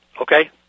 Okay